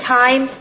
time